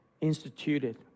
instituted